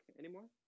anymore